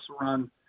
run